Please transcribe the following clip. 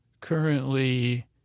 Currently